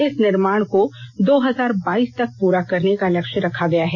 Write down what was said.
इस निर्माण को दो हजार बाइस तक पूरा करने का लक्ष्य रखा गया है